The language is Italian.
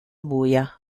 buia